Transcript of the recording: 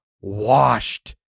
washed